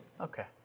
Okay